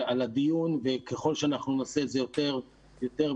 על הדיון וככל שאנחנו נעשה את זה יותר ונמשיך